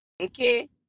Okay